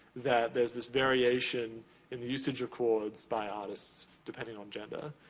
that there's this variation in the usage of chords by artists, depending on gender.